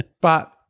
but-